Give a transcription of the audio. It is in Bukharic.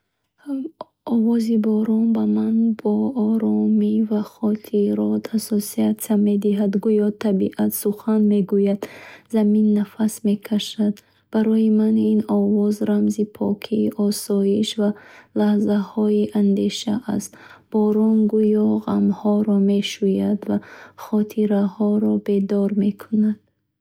Овози борон ба ман бо оромӣ ва хотирот ассоатсия мешавад. Гӯё табиат сухан мегӯяд, замин нафас мекашад. Барои ман ин овоз рамзи покӣ, осоиш ва лаҳзаҳои андеша аст. Борон гӯё ғамҳоро мешӯяд ва хотирҳоро бедор мекунад.